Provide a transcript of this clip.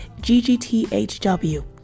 ggthw